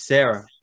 Sarah